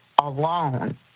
alone